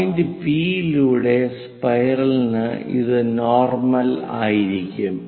point P യിലൂടെ സ്പൈറലിന് ഇത് നോർമൽ ആയിരിക്കും